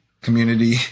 community